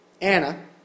Anna